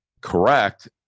correct